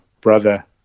brother